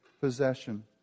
possession